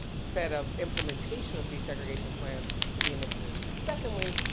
set of implementation of desegregation plans to be initiatives. secondly,